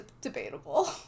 debatable